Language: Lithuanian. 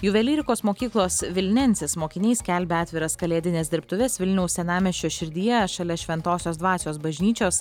juvelyrikos mokyklos vilnensis mokiniai skelbia atviras kalėdines dirbtuves vilniaus senamiesčio širdyje šalia šventosios dvasios bažnyčios